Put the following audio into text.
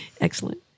Excellent